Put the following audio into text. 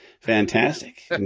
Fantastic